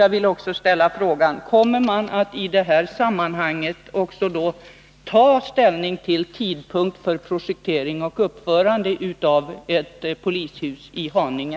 Jag vill också fråga: Kommer regeringen att i det sammanhanget även ta ställning till tidpunkten för projektering och uppförande av ett polishus i Haninge?